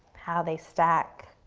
how they stack,